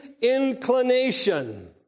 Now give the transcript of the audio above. inclination